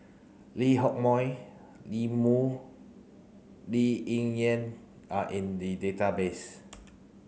Lee Hock Moh Lee Moo Lee Ling Yen are in the database